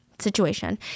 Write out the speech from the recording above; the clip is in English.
Situation